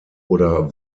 oder